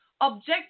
object